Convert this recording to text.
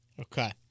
Okay